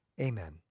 Amen